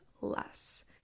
less